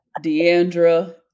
Deandra